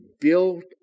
built